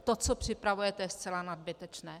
To, co připravujete, je zcela nadbytečné.